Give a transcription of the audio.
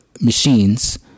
machines